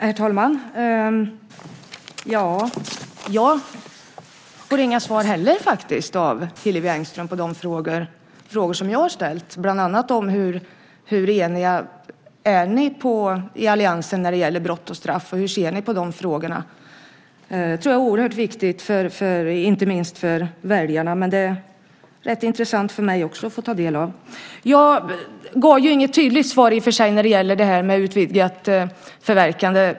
Herr talman! Jag får inte heller några svar av Hillevi Engström på de frågor som jag har ställt, bland annat om hur eniga ni är i alliansen när det gäller brott och straff och hur ni ser på de frågorna. Det är oerhört viktigt inte minst för väljarna, men det är också rätt intressant för mig att ta del av det. Jag gav i och för sig inget tydligt svar när det gällde utvidgat förverkande.